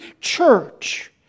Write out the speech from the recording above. church